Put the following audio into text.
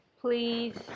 Please